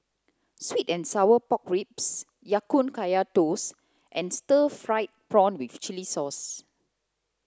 sweet and sour pork ribs ya kun kaya toast and stir fried prawn with chili sauce